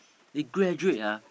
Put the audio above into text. he graduate ah